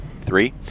Three